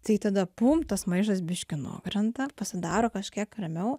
tai tada pumpt tas maišas biški nukrenta pasidaro kažkiek ramiau